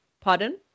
Pardon